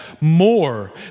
more